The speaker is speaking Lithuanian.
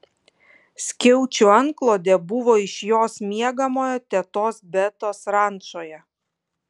skiaučių antklodė buvo iš jos miegamojo tetos betos rančoje